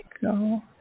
go